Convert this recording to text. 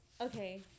Okay